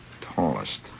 tallest